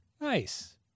Nice